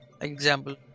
Example